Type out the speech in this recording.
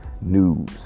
news